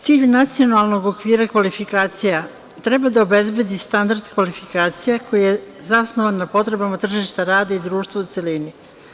Cilj nacionalnog okvira kvalifikacija treba da obezbedi standard kvalifikacija koje je zasnovano na potrebama tržišta rada i društva u celini.